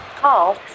Call